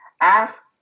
Ask